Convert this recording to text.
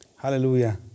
Hallelujah